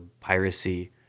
piracy